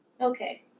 okay